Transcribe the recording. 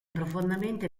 profondamente